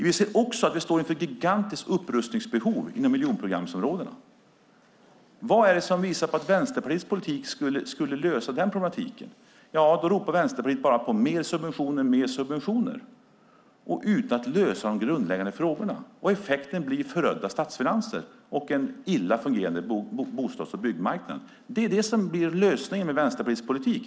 Vi står också inför ett gigantiskt upprustningsbehov inom miljonprogramsområdena. Vad visar på att Vänsterpartiets politik skulle lösa denna problematik? Vänsterpartiet ropar bara på mer subventioner utan att lösa de grundläggande frågorna. Effekten blir förödda statsfinanser och en illa fungerande bostads och byggmarknad. Det blir lösningen med Vänsterpartiets politik.